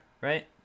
right